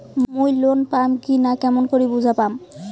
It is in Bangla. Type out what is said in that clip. মুই লোন পাম কি না কেমন করি বুঝা পাম?